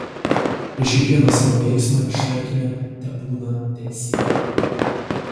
prieš kiekvieną savo veiksmą ištarkime tebūna teesie